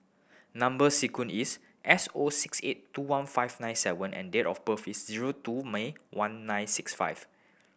number sequence is S O six eight two one five nine seven and date of birth is zero two May one nine six five